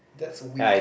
that's weak